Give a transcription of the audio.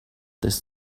this